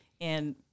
And-